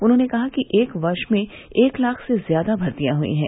उन्होंने कहा कि एक वर्ष में एक लाख से ज्यादा भर्तियाँ हुई हैं